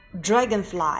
Dragonfly